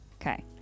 Okay